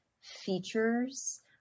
features